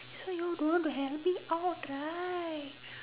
that's why you all don't want to help me out right